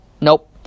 nope